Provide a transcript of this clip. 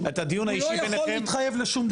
את הדיון האישי בינכם תסיימו.